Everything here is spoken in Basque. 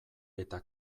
eta